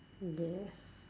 yes